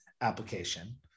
application